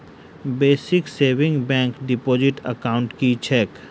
Basic savings bank deposit account की छैक?